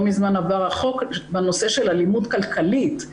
מזמן עבר החוק בנושא של אלימות כלכלית.